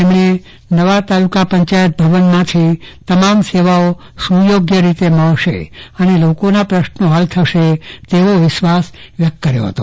તેમણે નવા તલાુકા પંચાયત ભવનમાંથી તમામ સેવાઓ સુયોગ્ય રીતે મળશે અને લોકોના પ્રશ્ન હલ થશે તેવો વિશ્વાસ વ્યક્ત કર્યોહતો